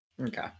Okay